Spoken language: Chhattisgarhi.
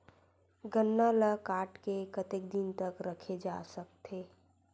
गन्ना ल काट के कतेक दिन तक रखे जा सकथे?